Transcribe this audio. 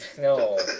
No